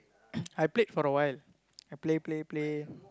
I played for a while I play play play